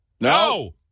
No